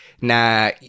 Now